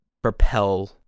propel